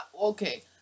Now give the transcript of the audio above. Okay